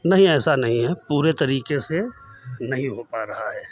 नहीं ऐसा नहीं है पूरे तरीके से नहीं हो पा रहा है